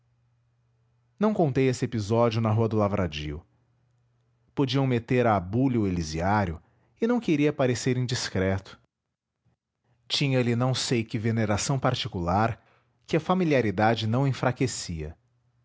não contei esse episódio na rua do lavradio podiam meter à bulha o elisiário e não queria parecer indiscreto tinha-lhe não sei que veneração particular que a familiaridade não enfraquecia